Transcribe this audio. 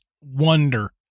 wonder